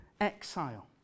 exile